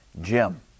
Jim